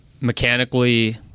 Mechanically